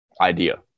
idea